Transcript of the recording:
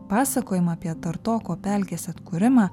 pasakojimą apie tartoko pelkės atkūrimą